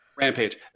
Rampage